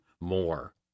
more